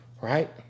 Right